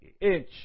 inch